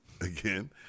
again